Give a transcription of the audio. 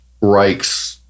Reich's